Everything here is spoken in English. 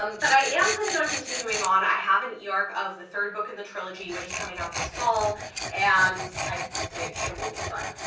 um but i am planning on continuing on i have an yeah e-arc of the third book in the trilogy which is coming out this fall and i think it will be fun.